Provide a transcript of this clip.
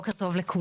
בוקר טוב לכולם,